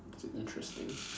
that's interesting